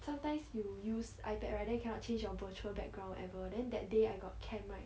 sometimes you use ipad right then cannot change your virtual background ever then that day I got camp right